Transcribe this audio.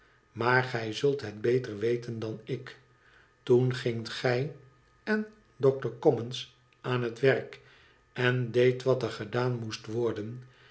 imaar gij zult het beter weten dan ik toen gingt gij en ioctor commons aan het werk en deedt wat er gedaan moest worden